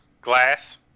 glass